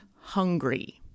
hungry